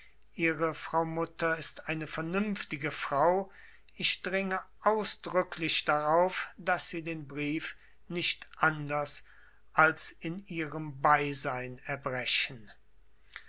ihre frau mutter ist eine vernünftige frau ich dringe ausdrücklich darauf daß sie den brief nicht anders als in ihrem beisein erbrechen